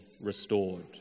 restored